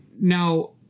Now